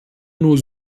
nur